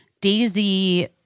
Daisy